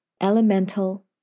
elemental